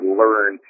learn